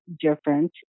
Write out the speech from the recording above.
different